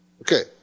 Okay